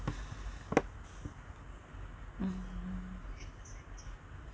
hmm